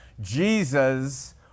Jesus